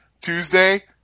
Tuesday